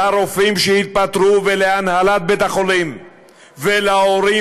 לרופאים שהתפטרו ולהנהלת בית-החולים ולהורים,